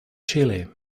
chilly